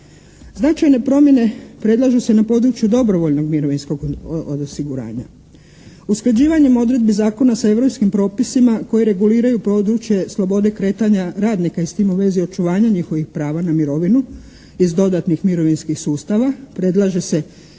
Značajne promjene predlažu se na području dobrovoljnog mirovinskog osiguranja. Usklađivanjem odredbi zakona sa europskim propisima koji reguliraju područje slobode kretanja radnika i s tim u vezi očuvanja njihovih prava na mirovinu iz dodatnih mirovinskih sustava predlaže se